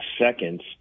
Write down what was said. seconds